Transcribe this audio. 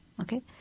okay